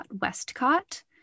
Westcott